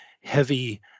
heavy